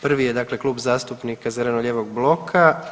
Prvi je dakle Klub zastupnika zeleno- lijevog bloka.